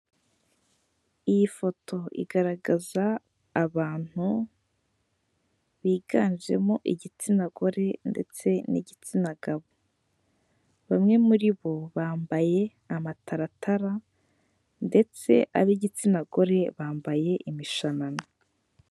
Iyi foto igaragaza abantu biganjemo igitsina gore ndetse n'igitsina gabo, bamwe muri bo bambaye amataratara ndetse ab'igitsina gore bambaye imishanana.